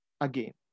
again